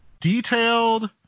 detailed